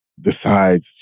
decides